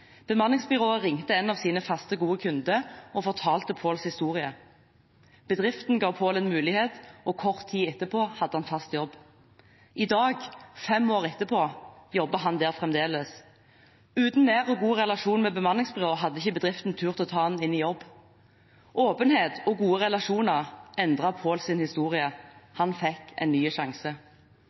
Bemanningsbyrået ringte en av sine faste, gode kunder og fortalte Paals historie. Bedriften ga Paal en mulighet, og kort tid etterpå hadde han fast jobb. I dag, fem år etter, jobber han der fremdeles. Uten nær og god relasjon til bemanningsbyrået hadde ikke bedriften turt å ta ham inn i jobb. Åpenhet og gode relasjoner endret Paals historie. Han fikk en ny sjanse.